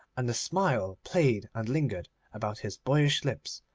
and a smile played and lingered about his boyish lips,